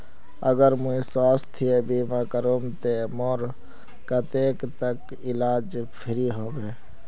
अगर मुई स्वास्थ्य बीमा करूम ते मोर कतेक तक इलाज फ्री होबे?